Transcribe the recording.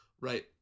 Right